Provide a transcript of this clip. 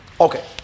Okay